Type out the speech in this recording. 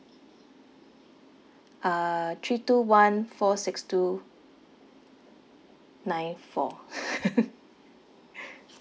uh three two one four six two nine four